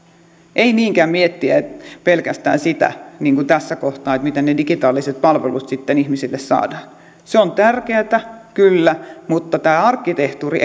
ei niinkään pelkästään miettiä sitä tässä kohtaa miten ne digitaaliset palvelut sitten ihmisille saadaan se on tärkeätä kyllä mutta tämä arkkitehtuuri